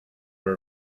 are